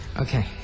okay